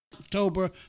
October